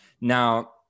Now